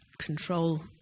control